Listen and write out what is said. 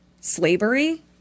slavery